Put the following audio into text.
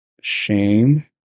shame